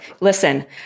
listen